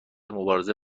مبارزه